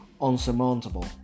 unsurmountable